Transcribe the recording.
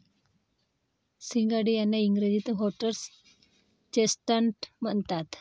सिंघाडे यांना इंग्रजीत व्होटर्स चेस्टनट म्हणतात